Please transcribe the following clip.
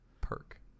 perk